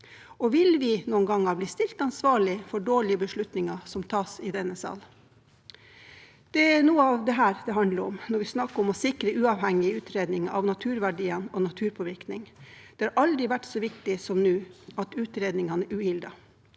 Og vil vi noen gang bli stilt ansvarlig for dårlige beslutninger som tas i denne sal? Det er noe av dette det handler om når vi snakker om å sikre uavhengige utredninger av naturverdiene og naturpåvirkning. Det har aldri vært så viktig som nå at utredningene er uhildede.